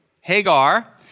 Hagar